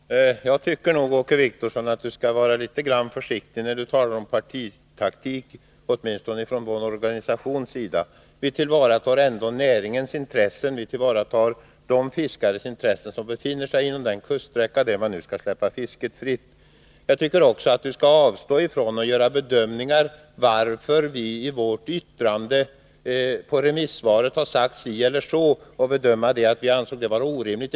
Herr talman! Jag tycker nog att Åke Wictorsson skall vara litet försiktig när han talar om partitaktik, åtminstone när det gäller vår organisation. Vi tillvaratar ändå näringens intressen, och vi tillvaratar de fiskares intressen som befinner sig inom den kuststräcka där man nu skall släppa fisket fritt. Jag tycker dessutom att Åke Wictorsson skall avstå från att göra bedömningar om varför vi i vårt yttrande över remissvaret har sagt si eller så och påstå att vi skulle ha ansett detta vara orimligt.